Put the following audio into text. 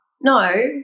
no